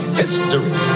history